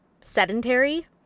sedentary